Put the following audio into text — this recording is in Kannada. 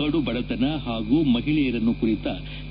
ಕಡು ಬಡತನ ಹಾಗೂ ಮಹಿಳೆಯರನ್ನು ಕುರಿತ